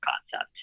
concept